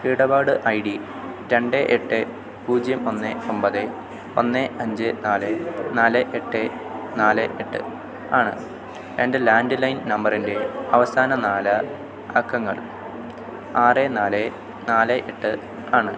ഇടപാട് I D രണ്ട് എട്ട് പൂജ്യം ഒന്ന് ഒമ്പത് ഒന്ന് അഞ്ച് നാല് നാല് എട്ട് നാല് എട്ട് ആണ് എൻ്റെ ലാൻഡ്ലൈൻ നമ്പറിൻ്റെ അവസാന നാല് അക്കങ്ങൾ ആറ് നാല് നാല് എട്ട് ആണ്